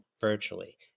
virtually